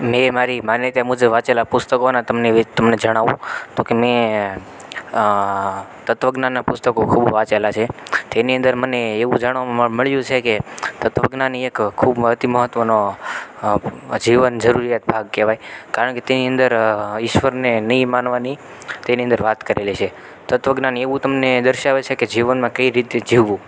મેં મારી માન્યતા મુજબ વાંચેલા પુસ્તકોના તમને તમને જણાવું તોકે મેં તત્વજ્ઞાનના પુસ્તકો ખૂબ વાંચેલા છે તેની અંદર મને એવું જાણવામાં મળ્યું છે કે તત્વજ્ઞાન એ એક ખૂબ અતિ મહત્વનો જીવન જરૂરિયાત ભાગ કેવાય કારણ કે તેની અંદર ઈશ્વરને નહીં માનવાની તેની અંદર વાત કરેલી છે તત્વજ્ઞાન એવું તમને દર્શાવે છેકે જીવનમાં કઈ રીતે જીવવું